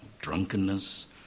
drunkenness